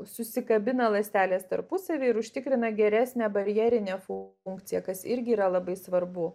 susikabina ląstelės tarpusavy ir užtikrina geresnę barjerinę funkciją kas irgi yra labai svarbu